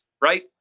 right